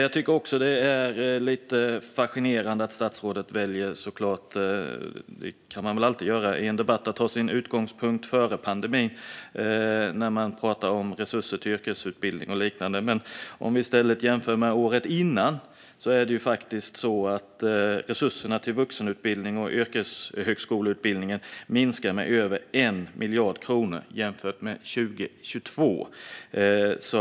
Jag tycker också att det är lite fascinerande att statsrådet väljer att ta sin utgångspunkt före pandemin när vi pratar om resurser till yrkesutbildning och liknande. Så kan man väl i och för sig alltid göra i en debatt, men om vi i stället jämför med förra året ser vi att resurserna till vuxenutbildning och yrkeshögskoleutbildningen minskar med över 1 miljard kronor jämfört med 2022.